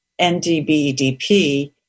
NDBDP